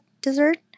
dessert